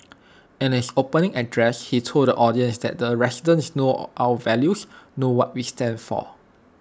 in his opening address he told audience that the residents know our values know what we stand for